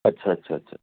ਅੱਛਾ ਅੱਛਾ ਅੱਛਾ